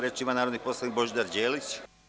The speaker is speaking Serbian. Reč ima narodni poslanik Božidar Đelić.